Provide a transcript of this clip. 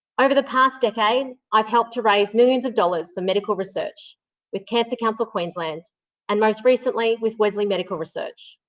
over the past decade, i have helped to raise millions of dollars for medical research with cancer council queensland and most recently with wesley medical research.